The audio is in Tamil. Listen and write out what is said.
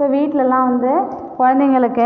இப்போது வீட்லல்லாம் வந்து குழந்தைங்களுக்கு